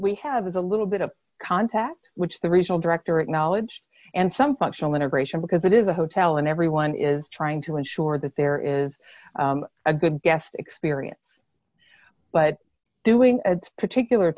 we have is a little bit of contact which the regional director acknowledge and some functional integration because it is a hotel and everyone is trying to ensure that there is a good guest experience but doing at this particular